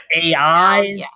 AI